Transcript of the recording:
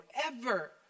forever